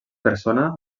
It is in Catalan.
persona